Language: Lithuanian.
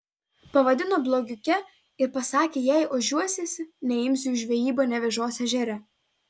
pavadino blogiuke ir pasakė jei ožiuosiesi neimsiu į žvejybą nevėžos ežere